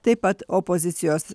taip pat opozicijos